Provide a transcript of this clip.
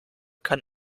kann